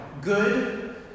Good